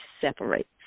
separates